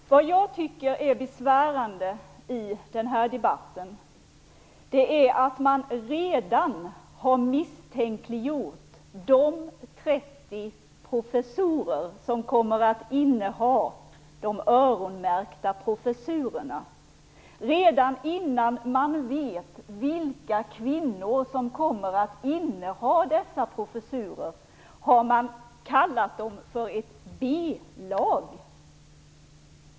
Fru talman! Jag tycker att det är besvärande att man redan i den här debatten har misstänkliggjort de 30 professorer som kommer att inneha de öronmärkta professurerna. Redan innan man vet vilka kvinnor som kommer att inneha dessa professurer har man kallat dem för ett B-lag.